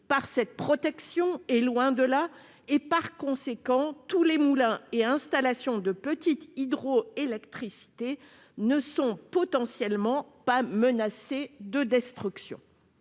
par cette protection, tant s'en faut. De fait, tous les moulins et installations de petite hydroélectricité ne sont potentiellement pas menacés de destruction.